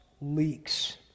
leaks